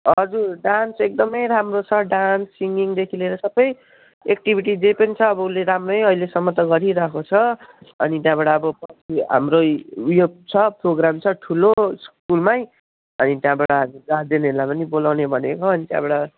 हजुर डान्स एकदमै राम्रो छ डान्स सिङ्गिङदेखि लिएर सबै एक्टिभिटी जे पनि छ अब उसले राम्रै अहिलेसम्म त गरिरहेको छ अनि त्यहाँबाट अब पर्सि हाम्रो ऊ यो छ प्रोग्राम छ ठुलो स्कुलमै अनि त्यहाँबाट हामी गार्जेनहरूलाई पनि बोलाउने भनेको अनि त्यहाँबाट